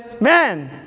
man